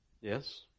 Yes